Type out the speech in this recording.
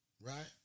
Right